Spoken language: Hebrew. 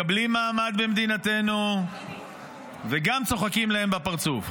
מקבלים מעמד במדינתנו וגם צוחקים להם בפרצוף.